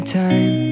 time